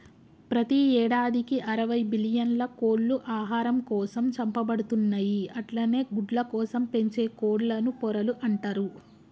ప్రతి యేడాదికి అరవై బిల్లియన్ల కోళ్లు ఆహారం కోసం చంపబడుతున్నయి అట్లనే గుడ్లకోసం పెంచే కోళ్లను పొరలు అంటరు